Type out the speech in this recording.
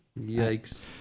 Yikes